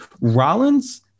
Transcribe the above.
Rollins